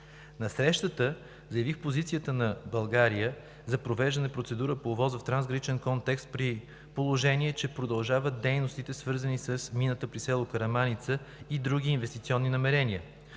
На срещата заявих позицията на България за провеждане процедура по ОВОС в трансграничен контекст, при положение че продължават дейностите, свързани с мината при село Караманица, и други инвестиционни намерения.